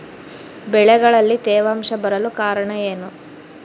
ಬೆಳೆಗಳಲ್ಲಿ ತೇವಾಂಶ ಬರಲು ಕಾರಣ ಏನು?